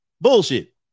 Bullshit